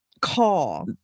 call